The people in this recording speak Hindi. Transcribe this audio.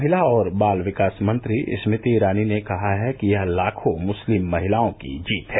महिला और बाल विकास मंत्री स्मृति ईरानी ने कहा है कि यह लाखों मुस्लिम महिलाओं की जीत है